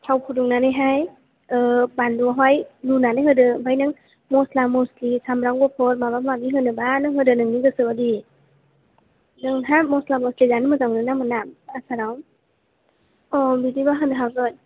थाव फुदुंनानै हाय बानलुआवहाय लुनानै होदो ओमफ्राय नों मस्ला मस्लि सामब्राम गुफुर माबा माबि होनोबा नों होदो नोंनि गोसो बायदि नोंहा मस्ला मस्लि जानो मोजां मोनो ना मोना आसाराव औ बिदिबा होनो हागोन